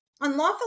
Unlawfully